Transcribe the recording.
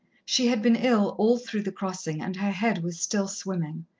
she had been ill all through the crossing, and her head was still swimming.